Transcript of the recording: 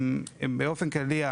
באופן כללי,